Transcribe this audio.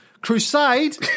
crusade